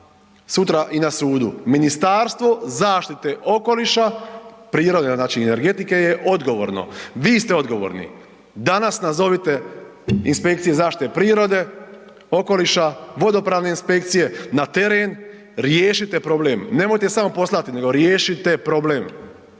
sutra i na sudu. Ministarstvo zaštite okoliša, prirode, znači i energetike je odgovorno. Vi ste odgovorni. Danas nazovite inspekcije zaštite prirode, okoliša, vodopravne inspekcije na teren, riješite problem, nemojte samo poslati, nego riješite problem.